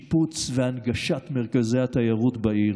בשיפוץ ובהנגשה של מרכזי התיירות בעיר.